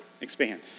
expand